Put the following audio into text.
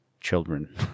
children